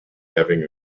having